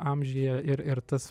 amžiuje ir ir tas